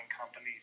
companies